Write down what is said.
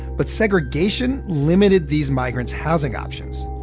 but segregation limited these migrants' housing options.